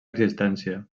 existència